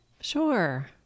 Sure